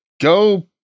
go